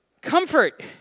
comfort